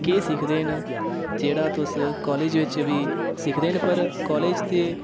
केह् सिक्खदे न जेह्ड़ा तुस कॉलेज़ बिच बी सिक्खदे न पर कॉलेज़ दे